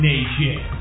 Nation